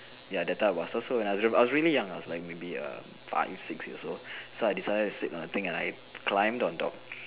ya that type of bus so when I was I was really young I was like maybe err five six years old so I decided to sit on the thing and I climbed on top